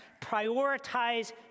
prioritize